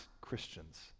Christians